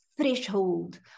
threshold